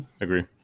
agree